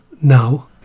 Now